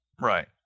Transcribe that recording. Right